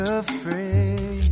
afraid